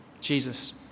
Jesus